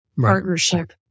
partnership